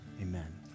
amen